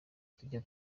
tujya